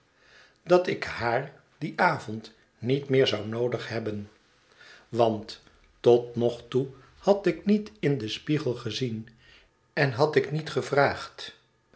aan ik haar dien avond niet meer zou noodig hebben want tot nog toe had ik niet in den spiegel gezien en ik had niet gevraagd